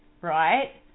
right